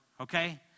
okay